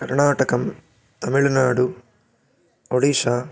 कर्णाटकं तमिळ्नाडु ओडिश